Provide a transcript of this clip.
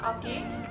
Okay